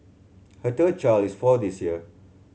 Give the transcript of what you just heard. her third child is four this year